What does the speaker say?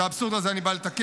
את האבסורד הזה אני בא לתקן,